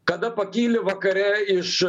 kada pakyli vakare iš